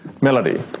Melody